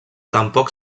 tampoc